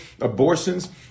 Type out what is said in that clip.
abortions